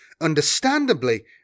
Understandably